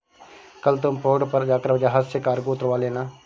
कल तुम पोर्ट पर जाकर जहाज से कार्गो उतरवा लेना